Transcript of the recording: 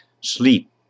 sleep